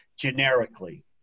generically